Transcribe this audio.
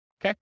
Okay